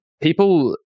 people